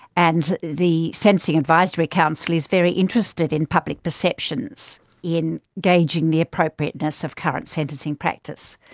and the sentencing advisory council is very interested in public perceptions in gauging the appropriateness of current sentencing practice.